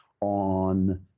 on